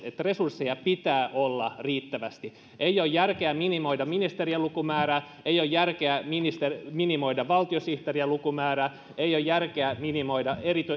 että resursseja pitää olla riittävästi ei ole järkeä minimoida ministerien lukumäärää ei ole järkeä minimoida valtiosihteereiden lukumäärää ei ole järkeä minimoida